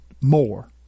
more